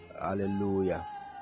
Hallelujah